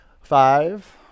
Five